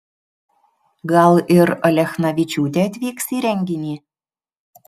gal ir alechnavičiūtė atvyks į renginį